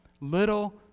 Little